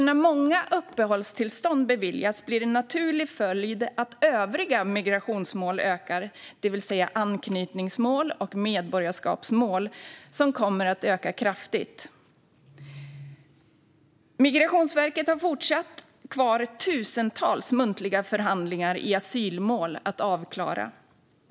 När många uppehållstillstånd beviljas blir en naturlig följd att övriga migrationsmål ökar, det vill säga anknytningsmål och medborgarskapsmål. De kommer att öka kraftigt. Migrationsverket har fortfarande kvar tusentals muntliga förhandlingar i asylmål att klara av.